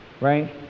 right